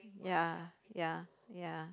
ya ya ya